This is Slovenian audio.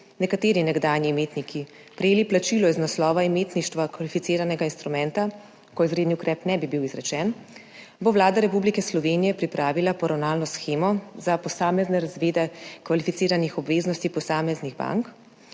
nekateri nekdanji imetniki prejeli plačilo iz naslova imetništva kvalificiranega instrumenta, ko izredni ukrep ne bi bil izrečen, bo Vlada Republike Slovenije pripravila poravnalno shemo za posamezne razrede kvalificiranih obveznosti posameznih bank,